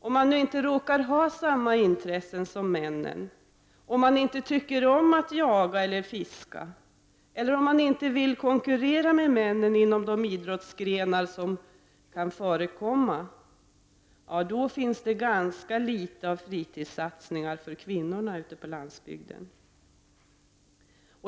Om man nu inte råkar ha samma intressen som männen, om man inte tycker om att jaga och fiska eller inte vill konkurrera med männen inom de idrottsgrenar som kan förekomma finns det ganska litet av fritidssatsningar för kvinnor ute på landsbygden.